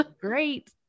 Great